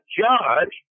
judge